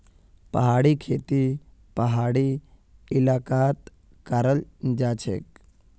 पहाड़ी खेती पहाड़ी इलाकात कराल जाछेक